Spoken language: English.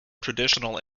traditional